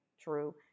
true